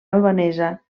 albanesa